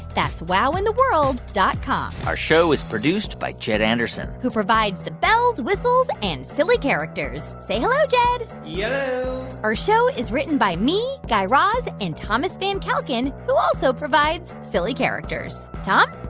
that's wowintheworld dot com our show is produced by jed anderson who provides the bells, whistles and silly characters. say hello, jed yello yeah our show is written by me, guy raz and thomas van kalken, who also provides silly characters. tom?